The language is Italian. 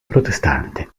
protestante